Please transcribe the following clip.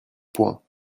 points